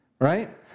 right